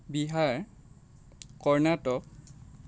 Bihar Karnataka